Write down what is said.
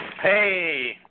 Hey